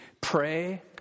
pray